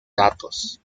datos